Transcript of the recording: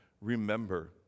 remember